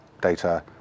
Data